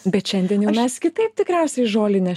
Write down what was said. bet šiandien jau nes kitaip tikriausiai žolinės